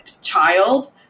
child